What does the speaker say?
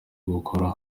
guhora